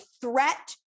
threat